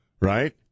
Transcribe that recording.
right